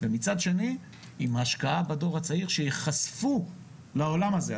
ומצד שני עם השקעה בדור הצעיר שייחשפו לעולם הזה.